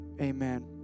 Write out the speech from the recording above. Amen